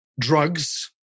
drugs